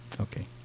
Okay